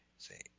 Say